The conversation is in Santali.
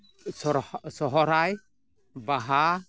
ᱥᱚᱨᱦᱟᱭ ᱵᱟᱦᱟ